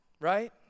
right